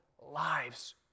lives